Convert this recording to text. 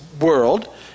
world